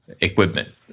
equipment